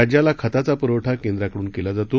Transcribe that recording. राज्याला खताचा पुरवठा केंद्राकडून केला जातो